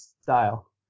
style